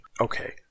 okay